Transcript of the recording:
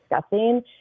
discussing